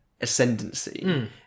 ascendancy